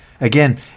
Again